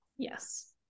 Yes